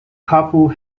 couple